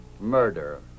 murder